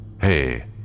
hey